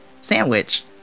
sandwich